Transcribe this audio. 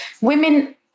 Women